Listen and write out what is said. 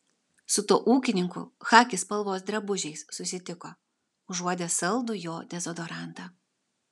su tuo ūkininku chaki spalvos drabužiais susitiko užuodė saldų jo dezodorantą